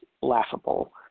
laughable